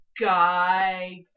guy